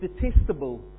detestable